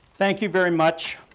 thank you very much.